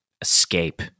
escape